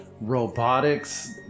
robotics